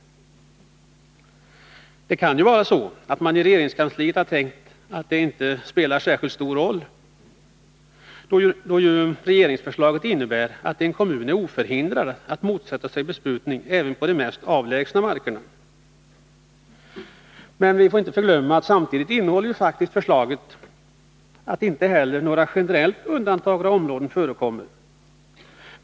Det kan ju vara så att man i regeringskansliet tänkt att det inte spelar särskilt stor roll, då ju regeringsförslaget innebär att en kommun är oförhindrad att motsätta sig besprutning även på de mest avlägsna markerna. Men vi får inte förglömma att förslaget faktiskt inte heller innehåller något generellt undantagande av något närområde.